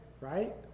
right